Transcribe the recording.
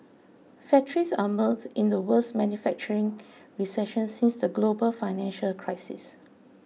factories are mired in the worst manufacturing recession since the global financial crisis